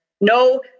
No